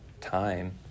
time